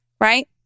Right